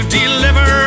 deliver